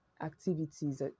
activities